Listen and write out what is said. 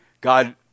God